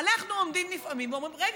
אנחנו עומדים נפעמים ואומרים: רגע,